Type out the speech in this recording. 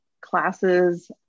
classes